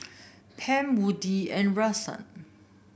Pam Woodie and Rahsaan